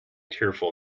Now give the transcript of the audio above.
tearful